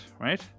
right